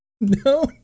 No